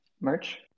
Merch